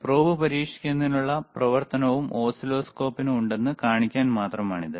probe പരീക്ഷിക്കുന്നതിനുള്ള പ്രവർത്തനവും ഓസിലോസ്കോപ്പിന് ഉണ്ടെന്ന് കാണിക്കാൻ മാത്രമാണ് ഇത്